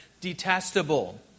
detestable